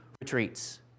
retreats